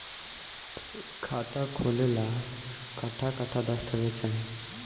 खाता खोले ला कट्ठा कट्ठा दस्तावेज चाहीं?